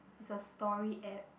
it's a story app